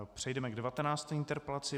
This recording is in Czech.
Přejdeme k devatenácté interpelaci.